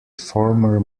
former